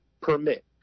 permit